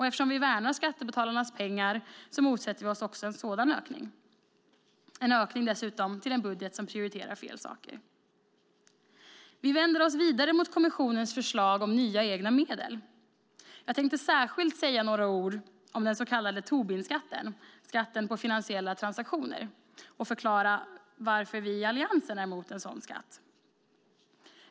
Eftersom vi värnar skattebetalarnas pengar motsätter vi oss en sådan ökning. Dessutom är det en ökning i en budget som prioriterar fel saker. Vi vänder oss vidare mot kommissionens förslag om nya egna medel. Jag tänkte särskilt säga några ord om den så kallade Tobinskatten, skatten på finansiella transaktioner, och förklara varför vi i Alliansen är emot en sådan skatt.